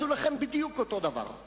זה מפחיד מאוד את ראש הממשלה.